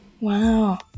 Wow